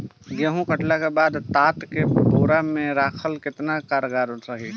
गेंहू कटला के बाद तात के बोरा मे राखल केतना कारगर रही?